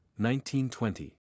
1920